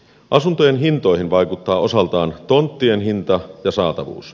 asuntojen hintoihin vaikuttavat osaltaan tonttien hinta ja saatavuus